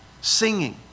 singing